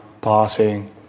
passing